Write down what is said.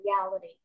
reality